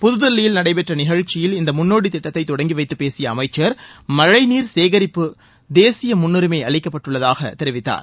புதுதில்லியில் நடைபெற்ற நிகழ்ச்சியில் இந்த முன்னோடி திட்டத்தை தொடங்கி வைத்துப் பேசிய அமைச்சர் மழைநீர் சேகரிப்புக்கு தேசிய முன்னுரிமை அளிக்கப்பட்டுள்ளதாக தெரிவித்தார்